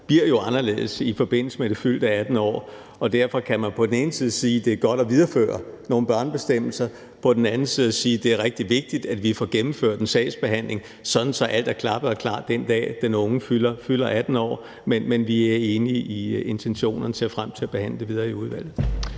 bliver anderledes i forbindelse med det fyldte 18. år. Derfor kan man på den ene side sige, at det er godt at videreføre nogle børnebestemmelserne, og på den anden side sige, at det er rigtig vigtigt, at vi får gennemført en sagsbehandling, sådan at alt er klappet og klart den dag, den unge fylder 18 år. Men vi er enige i intentionerne og ser frem til at behandle det videre i udvalget.